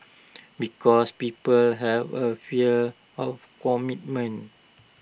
because people have A fear of commitment